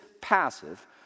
passive